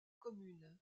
communes